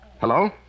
Hello